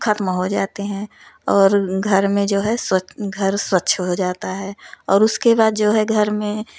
खत्म हो जाते हैं और घर में जो है स्वच घर स्वच्छ हो जाता है और उसके बाद जो है घर में